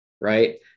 right